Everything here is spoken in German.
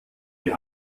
die